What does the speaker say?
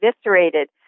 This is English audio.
eviscerated